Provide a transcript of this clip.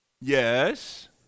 Yes